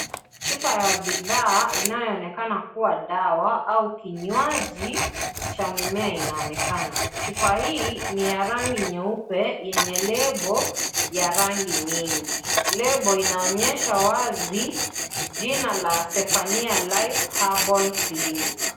Chupa ya bidhaa inayoonekana kuwa dawa au kinywaji cha mimea imeonekana chupa hii ni ya rangi nyeupe yenye lebo ya rangi mingi, lebo inaonyesha wazi jina la Sephania (cs) life herbal clinic (cs).